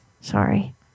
Sorry